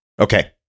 Okay